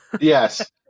Yes